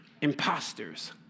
imposters